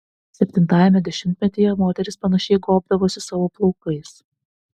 septintajame dešimtmetyje moterys panašiai gobdavosi savo plaukais